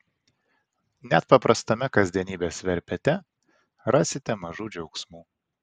net paprastame kasdienybės verpete rasite mažų džiaugsmų